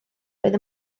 roedd